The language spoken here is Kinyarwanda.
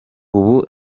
ubu